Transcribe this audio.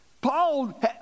Paul